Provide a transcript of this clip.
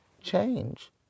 change